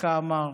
ככה אמר